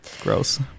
Gross